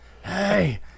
Hey